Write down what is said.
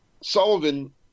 Sullivan